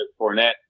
Fournette